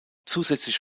zusätzlich